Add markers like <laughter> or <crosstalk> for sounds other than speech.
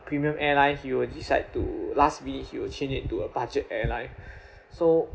premium airline he will decide to last minute he will change it to a budget airline <breath> so